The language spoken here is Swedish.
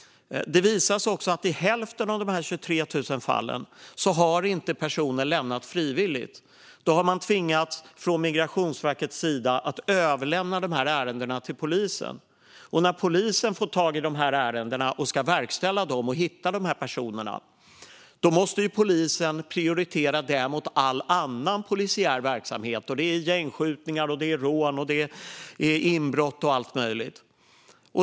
Det visar sig att i hälften av dessa 23 000 fall har inte personen lämnat landet frivilligt. Då har man tvingats från Migrationsverkets sida att överlämna ärendena till polisen. När polisen får tag i ärendena och ska verkställa dem och hitta de här personerna måste de prioritera detta bland all annan polisiär verksamhet, det vill säga gängskjutningar, rån, inbrott och allt möjligt.